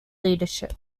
leadership